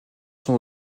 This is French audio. son